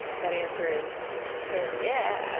that answer is, hell yeah!